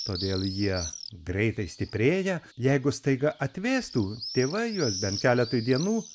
todėl jie greitai stiprėja jeigu staiga atvėstų tėvai juos bent keletui dienų